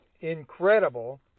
incredible